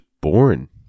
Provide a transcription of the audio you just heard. born